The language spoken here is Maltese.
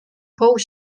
post